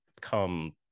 come